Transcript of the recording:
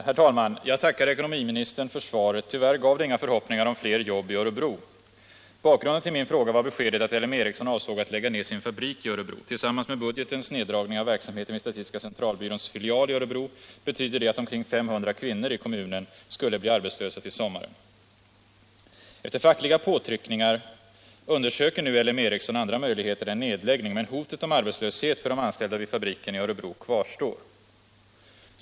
Herr talman! Jag tackar ekonomiministern för svaret, men tyvärr gav det inga förhoppningar om fler jobb i Örebro. Bakgrunden till min fråga var beskedet att L M Ericsson avsåg att lägga ned sin fabrik i Örebro. Tillsammans med budgetens neddragning av verksamheten vid statistiska centralbyråns filial i Örebro betyder det att omkring 500 kvinnor i kommunen skulle bli arbetslösa till sommaren. Efter fackliga påtryckningar undersöker nu L M Ericsson andra möjligheter än nedläggning, men hotet om arbetslöshet för de anställda vid fabriken i Örebro kvarstår.